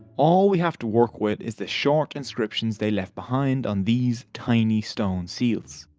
all we have to work with is the short inscriptions they left behind on these tiny stone seals.